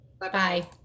Bye-bye